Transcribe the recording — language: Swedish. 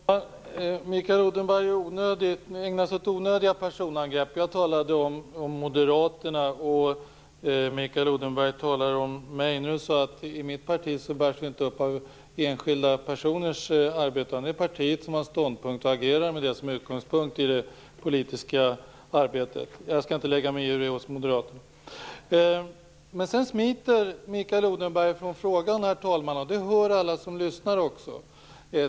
Herr talman! Mikael Odenberg ägnar sig åt onödiga personangrepp. Jag talade om Moderaterna, och Mikael Odenberg talar om mig. Nu är det så att det parti som jag tillhör inte bärs upp av enskilda personers arbete, utan det är partiet som har ståndpunkter och agerar med dessa som utgångspunkt för det politiska arbetet. Jag skall inte lägga mig i hur det är hos Mikael Odenberg smiter från frågan, herr talman, vilket alla som lyssnar kan höra.